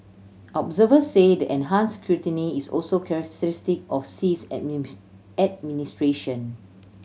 observers say the enhanced scrutiny is also characteristic of Xi's administration